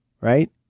right